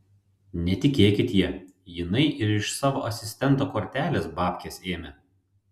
netikėkit ja jinai ir iš savo asistento kortelės babkes ėmė